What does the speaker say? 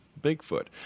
Bigfoot